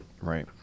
right